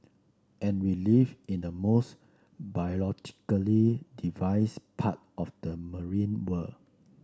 and we live in the most biologically diverse part of the marine world